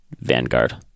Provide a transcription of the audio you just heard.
Vanguard